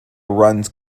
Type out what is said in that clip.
runs